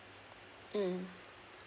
mm